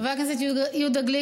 חבר הכנסת יהודה גליק,